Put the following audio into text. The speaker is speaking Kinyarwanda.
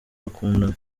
bakundana